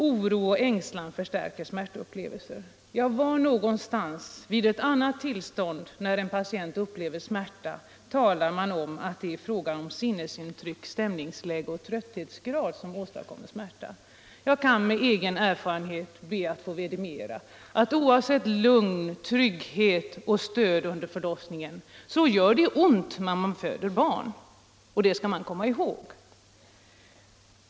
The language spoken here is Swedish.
Oro och ängslan förstärker smärtupplevelsen ——-. Ja, var någonstans vid ett annat tillfälle när en patient upplever smärta talar man om att det är sinnesintryck, stämningsläge och trötthetsgrad som åstadkommer smärtupplevelse? Jag kan med egen erfarenhet vidimera att oavsett lugn, trygghet och stöd under förlossningen gör det ont att föda barn, och det skall man komma ihåg.